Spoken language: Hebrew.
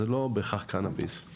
וזה לא בהכרח קנאביס.